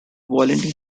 violating